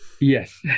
yes